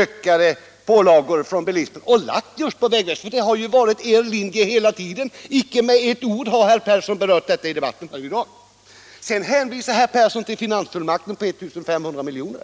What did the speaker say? ökade pålagor på bilismen och lagt just på vägväsendet, för det har ju varit er linje hela tiden. Icke med ett ord har herr Persson berört detta i debatten här i dag. Herr Persson hänvisar till finansfullmakten på 1 500 miljoner.